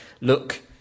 look